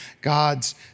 God's